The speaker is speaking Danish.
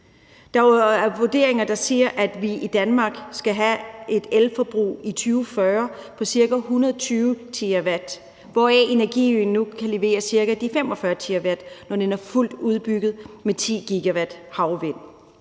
Der er jo vurderinger, der siger, at vi i Danmark skal have et elforbrug på ca. 120 TW i 2040, hvoraf energiøen nu kan levere omkring de 45 TW, når den er fuldt udbygget med 10 GW havvind.